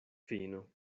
fino